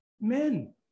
men